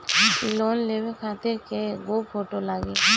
Loan लेवे खातिर कै गो फोटो लागी?